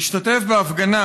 השתתף בהפגנה